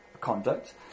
conduct